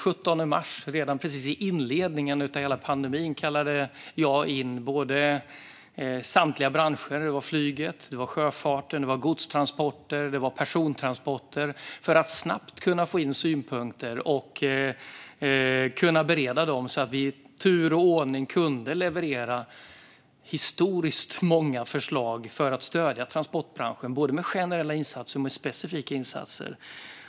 Redan den 17 mars, precis i inledningen av hela pandemin, kallade jag in samtliga branscher, inklusive flyget, sjöfarten, godstransporterna och persontransporterna, för att kunna få in synpunkter snabbt och bereda dem, så att vi i tur och ordning kunde leverera historiskt många förslag för att stödja transportbranschen, både med generella insatser och med specifika insatser.